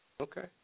Okay